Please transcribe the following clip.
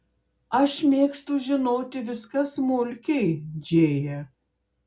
aš mėgstu žinoti viską smulkiai džėja